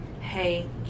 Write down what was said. Hey